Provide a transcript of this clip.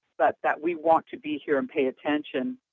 but that we want to be here and pay attention.